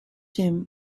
him